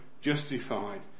justified